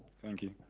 thank you.